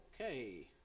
Okay